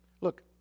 Look